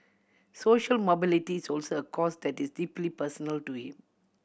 social mobility is also a cause that is deeply personal to him